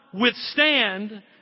withstand